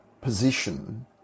position